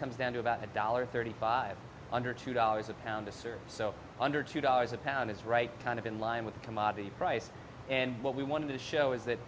comes down to about a dollar thirty five under two dollars a pound this or so under two dollars a pound is right kind of in line with commodity price and what we want to show is that